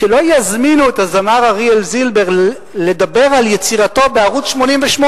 שלא יזמינו את הזמר אריאל זילבר לדבר על יצירתו בערוץ-88,